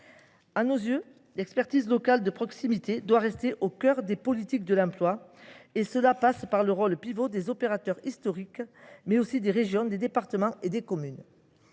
À nos yeux, l’expertise locale de proximité doit rester au cœur des politiques de l’emploi. Nous comptons à cet égard sur le rôle pivot des opérateurs historiques, mais aussi sur les régions, les départements et les communes.